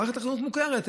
במערכת חינוך מוכרת,